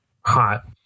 Hot